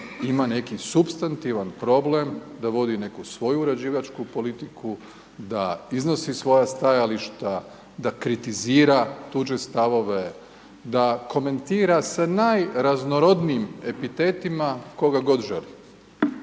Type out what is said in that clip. ima neki supstantivan problem da vodi neku svoju uređivačku politiku, da iznosi svoja stajališta, da kritizira tuđe stavove, da komentira sa najraznorodnijim epitetima koga god želi.